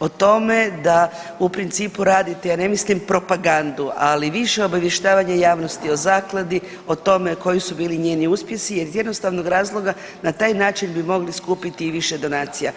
o tome da u principu radite, ja ne mislim propagandu, ali više obavještavanje javnosti o Zakladi, o tome koji su bili njeni uspjesi jer iz jednostavnog razloga, na taj način bi mogli skupiti i više donacija.